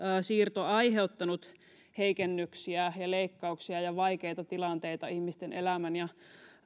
siirto aiheuttanut heikennyksiä ja leikkauksia ja vaikeita tilanteita ihmisten elämän ja